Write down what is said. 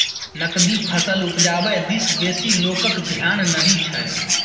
नकदी फसल उपजाबै दिस बेसी लोकक धेआन नहि छै